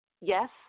yes